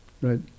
right